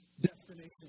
destination